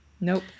Nope